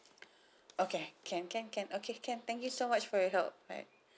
okay can can can okay can thank you so much for your help alright